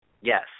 Yes